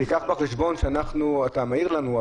תיקח בחשבון שאתה מעיר לנו,